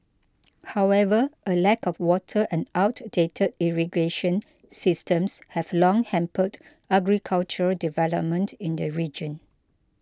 however a lack of water and outdated irrigation systems have long hampered agricultural development in the region